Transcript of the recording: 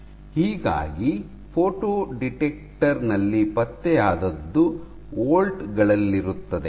ಹೀಗಾಗಿ photo detector ನಲ್ಲಿ ಪತ್ತೆಯಾದದ್ದು ವೋಲ್ಟ್ ಗಳಲ್ಲಿರುತ್ತದೆ